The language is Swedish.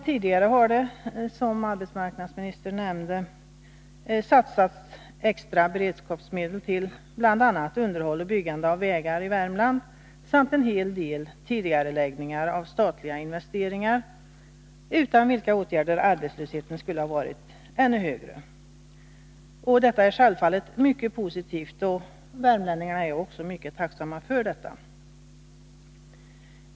Tidigare har det — som arbetsmarknadsministern nämnde — satsats extra beredskapsmedel till bl.a. underhåll och byggande av vägar i Värmland samt skett en hel del tidigareläggningar av statliga investeringar, och utan dessa åtgärder skulle arbetslösheten varit ännu högre. Detta är självfallet mycket positivt, och värmlänningarna är också mycket tacksamma för detta.